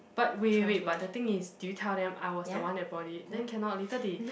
but wait wait wait but the thing is did you tell them I was the one that bought it then cannot later they